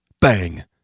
Bang